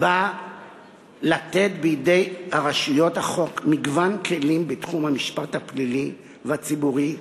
באה לתת בידי רשויות החוק מגוון כלים בתחום המשפט הפלילי והציבורי,